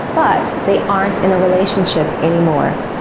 but they aren't in a relationship any more.